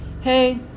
Hey